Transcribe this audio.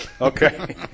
Okay